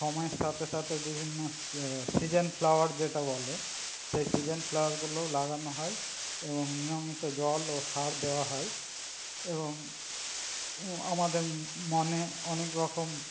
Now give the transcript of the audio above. সময়ের সাথে সাথে বিভিন্ন সিজন ফ্লাওয়ার যেটা বলে সেই সিজন ফ্লাওয়ারগুলো লাগানো হয় এবং নিয়মিত জল ও সার দেওয়া হয় এবং আমাদের মনে অনেকরকম